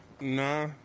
nah